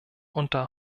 unter